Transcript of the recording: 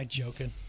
joking